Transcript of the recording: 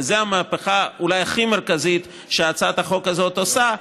וזו המהפכה אולי הכי מרכזית שהצעת החוק הזאת עושה,